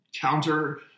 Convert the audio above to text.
counter